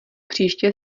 příště